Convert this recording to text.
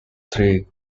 three